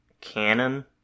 canon